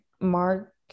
Mark